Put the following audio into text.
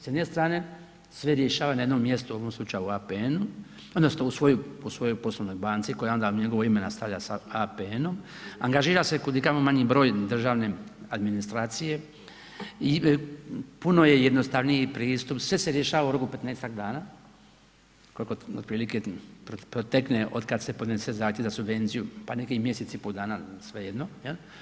S jedne strane sve rješava na jednom mjestu u ovom slučaju APN-u, odnosno u svojoj poslovnoj banci koja onda u njegovo ime nastavlja sa APN-om, angažira se kudikamo manji broj državne administracije i puno je jednostavniji pristup, sve se rješava u roku od 15-ak dana koliko otprilike protekne otkada se podnese zahtjev za subvenciju pa nekih mjesec i pol dana svejedno.